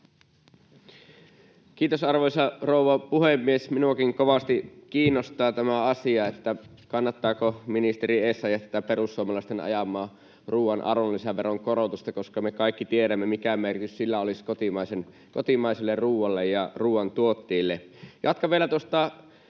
Kiitos, arvoisa rouva puhemies! Minuakin kovasti kiinnostaa tämä asia, että kannattaako ministeri Essayah tätä perussuomalaisten ajamaa ruuan arvonlisäveron korotusta, koska me kaikki tiedämme, mikä merkitys sillä olisi kotimaiselle ruualle ja ruuantuottajille. Jatkan vielä tuosta